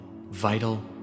vital